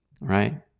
right